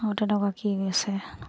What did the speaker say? আৰু তেনেকুৱা কি গৈছে